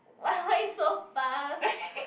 what why you so fast